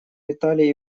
виталий